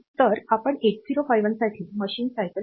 तर आपण 8051 साठी मशीन सायकल शोधू शकतो